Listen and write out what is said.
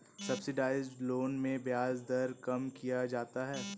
subsidised loan में ब्याज दर कम किया जाता है